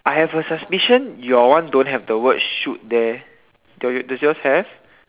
I have a suspicion your one don't have the shoot there do your does yours have